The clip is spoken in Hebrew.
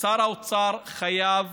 שר האוצר חייב